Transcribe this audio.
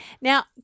now